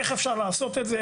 איך אפשר לעשות את זה,